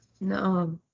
No